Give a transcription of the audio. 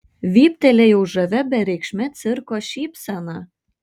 vyptelėjau žavia bereikšme cirko šypsena